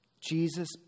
Jesus